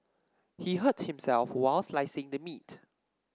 he hurt himself while slicing the meat